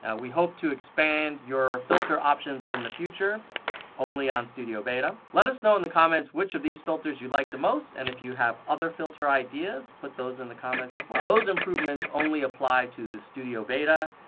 and we hope to expand your filter options in the future only on studio beta. let us know in the comments which of these filters you like the most and if you have other filter ideas put those in the comments as well. those improvements only apply to the studio beta.